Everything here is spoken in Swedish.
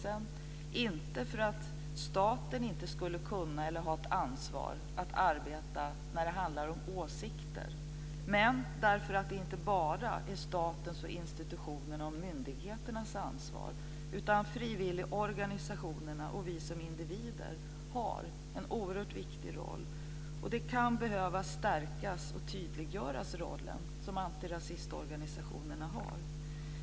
Det gör vi inte för att staten inte skulle kunna eller ha ett ansvar att arbeta med åsikter. Det gör vi därför att det inte bara är statens, institutionernas och myndigheternas ansvar. Frivilligorganisationerna och vi som individer har en oerhört viktig roll. Den roll som antirasistorganisationerna har kan behöva stärkas och tydliggöras.